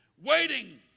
waiting